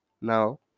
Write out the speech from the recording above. Now